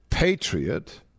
patriot